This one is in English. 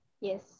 Yes